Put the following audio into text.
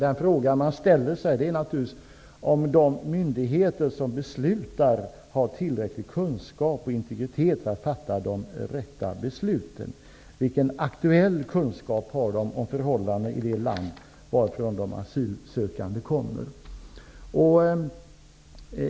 Jag ställer mig frågan om de myndigheter som beslutar har tillräcklig kunskap och integritet för att fatta de rätta besluten. Vilken aktuell kunskap har de om förhållandena i de land varifrån de asylsökande kommer?